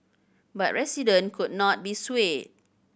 but resident could not be swayed